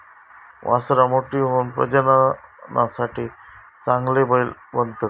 वासरां मोठी होऊन प्रजननासाठी चांगले बैल बनतत